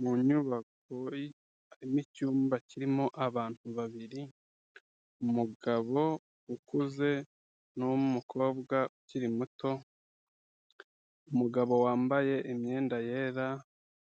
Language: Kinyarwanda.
Mu nyubako harimo icyumba kirimo abantu babiri, umugabo ukuze n'umukobwa ukiri muto, umugabo wambaye imyenda yera